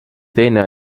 teine